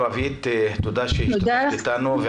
רבה, רווית, תודה שהשתתפת איתנו.